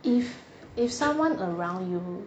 if if someone around you